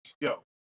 yo